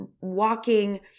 walking